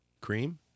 Cream